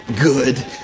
good